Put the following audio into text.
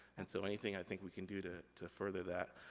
and so anything i think we can do to to further that.